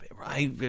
right